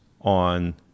on